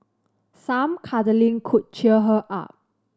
some cuddling could cheer her up